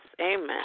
amen